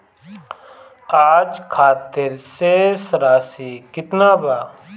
आज खातिर शेष राशि केतना बा?